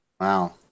Wow